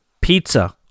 pizza